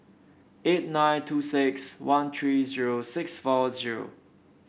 eight nine two six one three zero six four zero